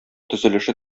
төзелеше